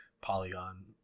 polygon